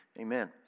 Amen